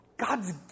God's